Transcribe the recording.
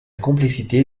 complexité